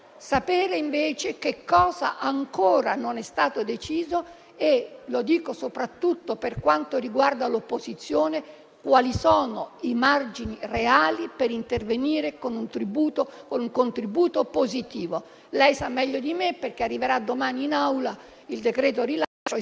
cosa invece ancora non è stato deciso e - lo dico soprattutto per quanto riguarda l'opposizione - quali sono i margini reali per intervenire con un contributo positivo. Lei sa meglio di me, perché arriverà domani in Aula il decreto rilancio,